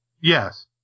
Yes